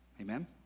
amen